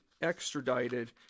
extradited